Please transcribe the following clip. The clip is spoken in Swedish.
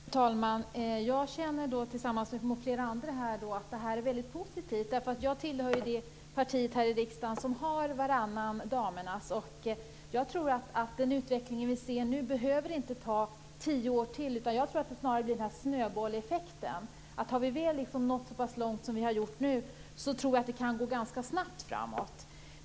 Fru talman! Jag känner liksom flera andra att det här är väldigt positivt. Jag tillhör det parti här i riksdagen som har "varannan damernas". Jag tror att utvecklingen inte behöver ta tio år till, utan jag tror att det snarare blir en snöbollseffekt. Har vi väl nått så pass långt som vi nu har gjort kan det gå ganska snabbt framåt.